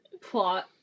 plot